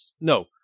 No